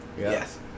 Yes